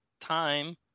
time